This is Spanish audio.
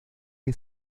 que